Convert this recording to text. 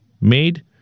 made